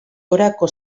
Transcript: gorako